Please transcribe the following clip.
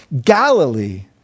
Galilee